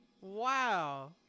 Wow